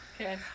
okay